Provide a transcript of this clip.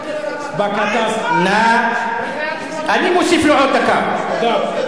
אני מוסיף לו עוד דקה.